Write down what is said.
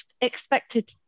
expected